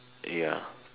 ya